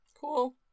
cool